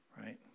right